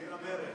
התחיל המרד.